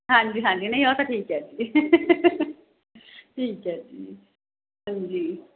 ਹਾਂਜੀ ਹਾਂਜੀ ਨਹੀਂ ਉਹ ਤਾਂ ਠੀਕ ਹੈ ਜੀ ਠੀਕ ਹੈ ਜੀ ਹਾਂਜੀ